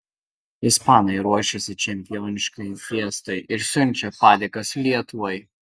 ispanai ruošiasi čempioniškai fiestai ir siunčia padėkas lietuvai